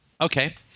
Okay